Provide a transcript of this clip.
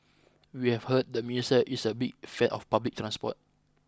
we have heard the minister is a big fan of public transport